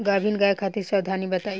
गाभिन गाय खातिर सावधानी बताई?